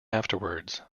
afterwards